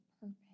purpose